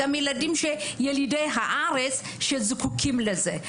גם ילדים שהם ילידי הארץ שזקוקים לזה.